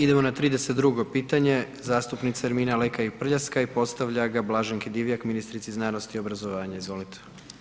Idemo na 32. pitanje zastupnica Ermina Lekaj Prljaskaj i postavlja ga Blaženki Divjak, ministrici znanosti i obrazovanja, izvolite.